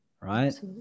Right